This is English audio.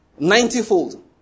ninetyfold